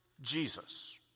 Jesus